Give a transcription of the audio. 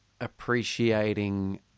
appreciating